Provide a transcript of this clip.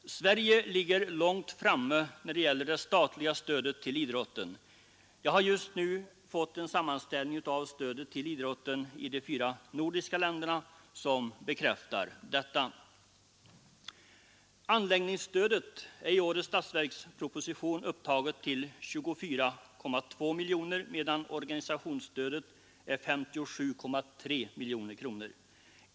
Sverige ligger långt framme när det gäller det statliga stödet till idrotten. Jag har just fått en sammanställning om stödet till idrotten i de fyra nordiska länderna som bekräftar detta. Anläggningsstödet är i årets statsverksproposition upptaget till 24,2 miljoner kronor, medan organisationsstödet är 57,3 miljoner kronor.